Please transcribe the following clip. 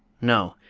no!